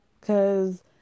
Cause